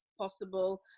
possible